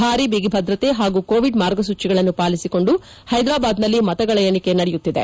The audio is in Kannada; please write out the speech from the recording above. ಭಾರೀ ಬಿಗಿಭದ್ರತೆ ಹಾಗೂ ಕೋವಿಡ್ ಮಾರ್ಗಸೂಚಿಗಳನ್ನು ಪಾಲಿಸಿಕೊಂದು ಹೈದರಾಬಾದ್ನಲ್ಲಿ ಮತಗಳ ಎಣಿಕೆ ನಡೆಯುತ್ತಿದೆ